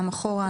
גם אחורה,